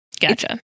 Gotcha